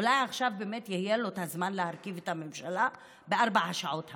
אולי עכשיו באמת יהיה לו הזמן להרכיב את הממשלה בארבע השעות הבאות,